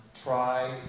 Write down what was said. try